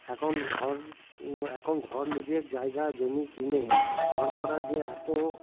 এখন ঘর এখন ঘর নিজের জায়গা জমি কিনে ঘর করা যে এত